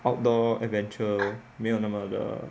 outdoor adventure 没有那么的